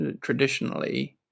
traditionally